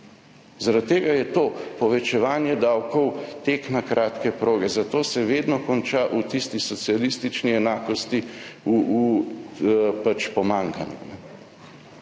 Zaradi tega je to povečevanje davkov tek na kratke proge, zato se vedno konča v tisti socialistični enakosti, v pomanjkanju.